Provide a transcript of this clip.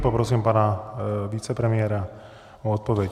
Poprosím pana vicepremiéra o odpověď.